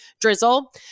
drizzle